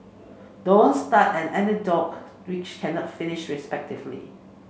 don't start an anecdote which cannot finish respectfully